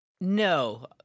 no